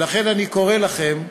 ולכן אני קורא לכם,